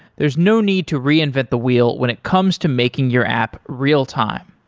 there's no need to reinvent the wheel when it comes to making your app real-time.